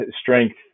strength